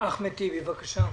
אחמד, טיבי, בבקשה.